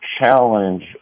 challenge